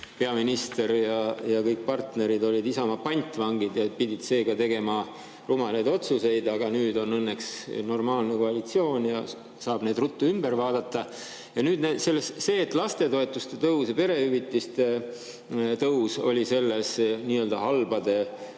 peaminister ja kõik partnerid Isamaa pantvangid ja pidid seega tegema rumalaid otsuseid. Aga nüüd on õnneks normaalne koalitsioon ja saab need ruttu ümber vaadata. Sellega, et lastetoetuste tõus ja perehüvitiste tõus on selles nii-öelda halbade või